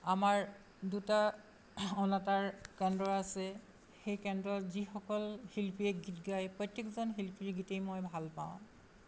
আমাৰ দুটা অনাতাঁৰ কেন্দ্ৰ আছে সেই কেন্দ্ৰত যিসকল শিল্পীয়ে গীত গাই প্ৰত্যেকজন শিল্পীৰ গীতেই মই ভাল পাওঁ